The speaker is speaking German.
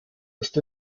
ist